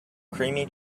creamy